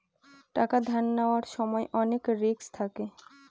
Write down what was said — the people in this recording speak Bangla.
টাকা ধার নেওয়ার সময় অনেক রিস্ক থাকে